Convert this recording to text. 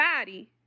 body